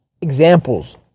examples